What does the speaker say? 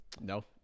No